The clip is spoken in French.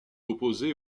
opposé